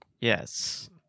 Yes